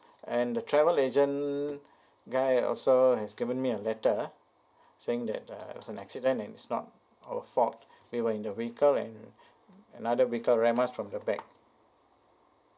and the travel agent guy also has given me a letter saying that uh the accident is not our fault we were in the vehicle and another vehicle ramp us from our back